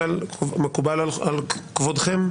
מקובל על כבודכם?